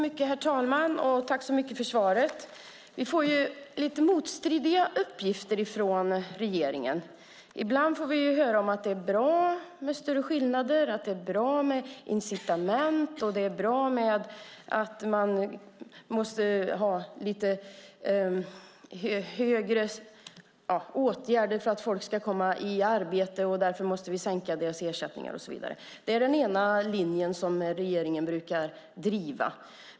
Herr talman! Tack så mycket för svaret! Vi får lite motstridiga uppgifter från regeringen. Ibland får vi höra om att det är bra med större skillnader, att det är bra med incitament, att man måste vidta åtgärder för att folk ska komma i arbete, och därför måste vi sänka deras ersättningar och så vidare. Det är den ena linjen som regeringen brukar driva.